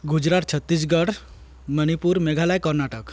Gujarat Chhattisgarh Manipur Meghalaya Karnataka